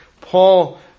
Paul